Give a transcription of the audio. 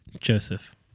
Joseph